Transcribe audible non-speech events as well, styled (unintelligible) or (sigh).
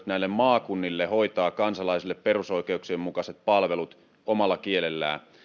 (unintelligible) näille maakunnille hoitaa kansalaisille perusoikeuksien mukaiset palvelut heidän omalla kielellään